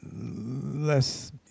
less